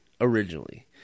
originally